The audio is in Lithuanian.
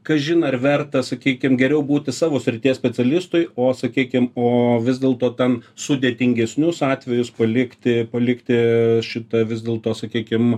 kažin ar verta sakykim geriau būti savo srities specialistui o sakykim o vis dėlto ten sudėtingesnius atvejus palikti palikti šita vis dėl to sakykim